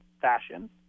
fashion